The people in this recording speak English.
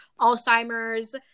Alzheimer's